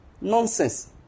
Nonsense